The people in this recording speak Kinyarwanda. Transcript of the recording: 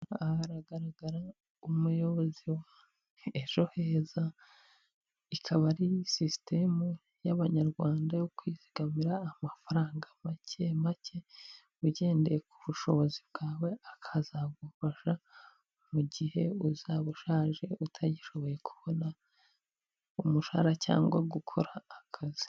Aha hagaragara umuyobozi wa ejo heza, ikaba ari sisitemu y'abanyarwanda yo kwizigamira amafaranga make make ugendeye ku bushobozi bwawe, akazagufasha mu gihe uzaba ushaje utagishoboye kubona umushahara cyangwa gukora akazi.